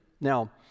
Now